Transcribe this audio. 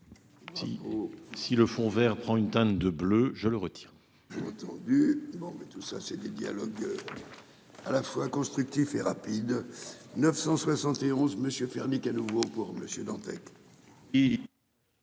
Si le fonds vert prend une teinte de bleu, je retire